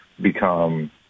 become